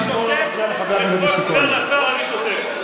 ואני שותק, לכבוד סגן השר אני שותק.